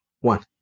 one